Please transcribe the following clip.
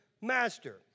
master